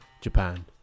Japan